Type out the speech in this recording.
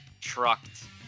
trucked